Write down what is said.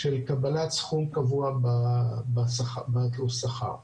של קבלת סכום קבוע בתלוש שכר.